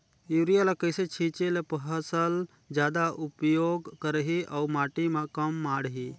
Urea ल कइसे छीचे ल फसल जादा उपयोग करही अउ माटी म कम माढ़ही?